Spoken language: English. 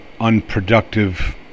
unproductive